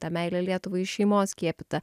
ta meilė lietuvai iš šeimos skiepyta